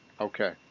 Okay